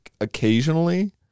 occasionally